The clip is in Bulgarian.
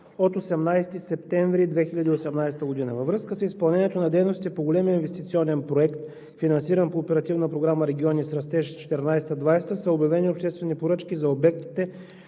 от 18 септември 2018 г. Във връзка с изпълнението на дейностите по големия инвестиционен проект, финансиран по Оперативна програма „Региони в растеж“ 2014 – 2020 г., са обявени обществени поръчки за обектите